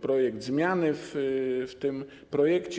projekt zmiany w tym projekcie.